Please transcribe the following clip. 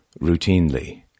routinely